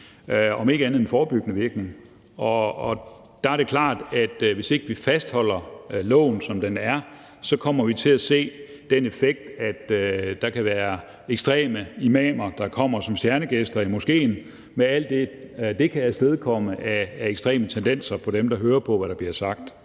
om ikke andet en forebyggende virkning. Og der er det klart, at hvis ikke vi fastholder loven, som den er, så kommer vi til at se den effekt, at der kan være ekstreme imamer, der kommer som stjernegæster i moskéen – med alt det, det kan afstedkomme af ekstreme tendenser i forhold til dem, der hører på det, der bliver sagt.